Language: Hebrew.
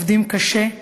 עובדים קשה,